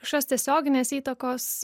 kažkokios tiesioginės įtakos